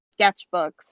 sketchbooks